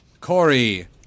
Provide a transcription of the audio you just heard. Corey